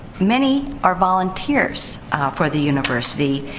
many are volunteers for the university.